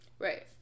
Right